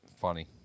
funny